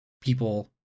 people